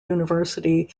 university